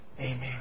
Amen